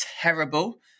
terrible